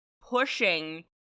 pushing